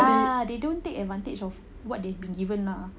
ya they don't take advantage of what they've been given lah